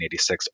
1986